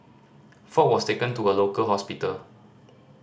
Ford was taken to a local hospital